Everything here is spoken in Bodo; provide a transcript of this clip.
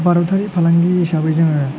भारतारि फालांगि हिसाबै जोङो